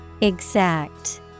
Exact